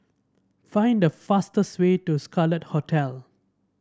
find the fastest way to Scarlet Hotel